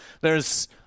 There's-